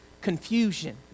confusion